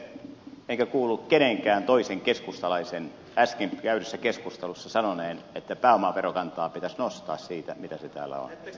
en itse sanonut enkä kuullut kenenkään toisen keskustalaisen äsken käydyssä keskustelussa sanoneen että pääomaverokantaa pitäisi nostaa siitä mitä se täällä on